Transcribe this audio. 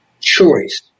choice